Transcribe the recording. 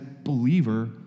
Believer